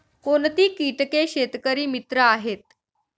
कोणती किटके शेतकरी मित्र आहेत?